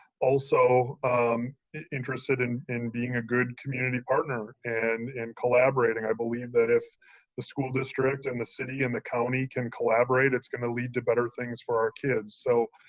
also um interested in in being a good community partner and in collaborating. i believe that the school district and the city and the county can collaborate. it's going to lead to better things for our kids. so,